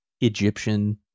Egyptian